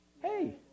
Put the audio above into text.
Hey